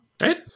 Right